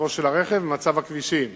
מצבו של הרכב ומצב הכבישים.